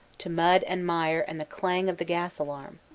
to mud and wire and the clang of the gas alarm.